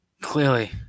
Clearly